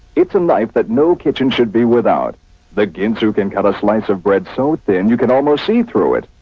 it's a knife but no kitchen should be without the. you can cut a slice of bread so thin you can almost see through it.